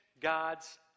God's